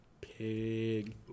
Pig